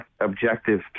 objective